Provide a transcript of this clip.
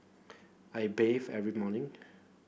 I bathe every morning